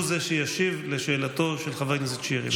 הוא שישיב על שאלתו של חבר הכנסת שירי.